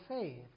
faith